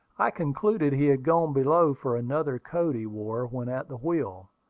i concluded he had gone below for another coat he wore when at the wheel.